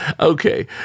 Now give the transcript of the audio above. Okay